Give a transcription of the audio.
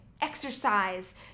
exercise